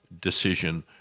decision